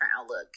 outlook